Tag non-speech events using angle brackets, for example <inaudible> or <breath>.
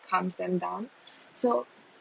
calms them down <breath> so